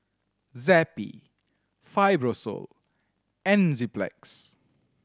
Zappy Fibrosol Enzyplex